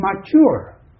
mature